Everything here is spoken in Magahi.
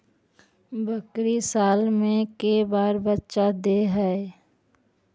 बकरी साल मे के बार बच्चा दे है?